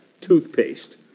Toothpaste